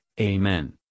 Amen